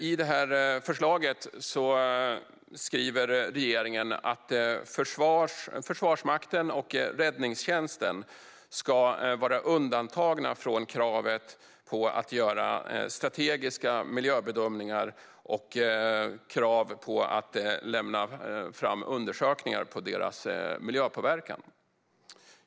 I förslaget skriver regeringen att Försvarsmakten och räddningstjänsten ska vara undantagna från krav på strategiska miljöbedömningar och krav på undersökningar av deras miljöpåverkan.